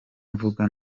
mvuga